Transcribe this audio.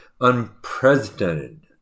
unprecedented